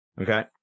Okay